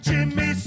Jimmy